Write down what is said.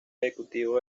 ejecutivo